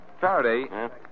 Faraday